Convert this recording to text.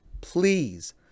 Please